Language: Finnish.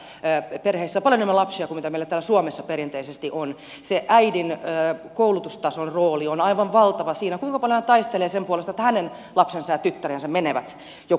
monissa kehitysmaissa perheissä on paljon enemmän lapsia kuin meillä täällä suomessa perinteisesti on ja se äidin koulutustason rooli on aivan valtava siinä kuinka paljon hän taistelee sen puolesta että hänen lapsensa ja tyttärensä menevät joku päivä kouluun